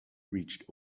reached